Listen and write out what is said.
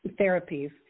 therapies